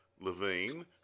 Levine